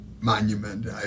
monument